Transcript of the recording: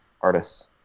artists